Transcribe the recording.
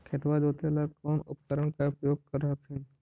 खेतबा जोते ला कौन उपकरण के उपयोग कर हखिन?